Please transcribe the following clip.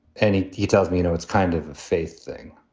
any, he tells me, you know, it's kind of a faith thing.